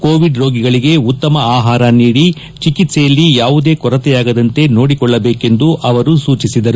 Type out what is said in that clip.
Covid ರೋಗಿಗಳಿಗೆ ಉತ್ತಮ ಆಹಾರ ನೀಡಿ ಚಿಕಿತ್ಸೆಯಲ್ಲಿ ಯಾವುದೇ ಕೊರತೆಯಾಗದಂತೆ ನೋಡಿಕೊಳ್ಳಬೇಕೆಂದು ಸೂಚಿಸಿದರು